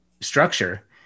structure